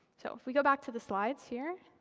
so if we go back to the slides here